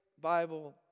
Bible